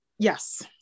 Yes